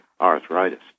arthritis